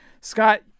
Scott